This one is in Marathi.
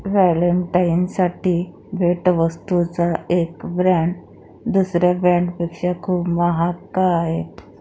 व्हॅलेंटाईनसाठी भेटवस्तूंचा एक ब्रँड दुसऱ्या ब्रँडपेक्षा खूप महाग का आहे